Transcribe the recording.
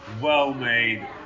well-made